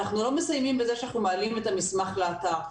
אנחנו לא מסיימים בזה שאנחנו מעלים את המסמך לאתר.